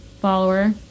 follower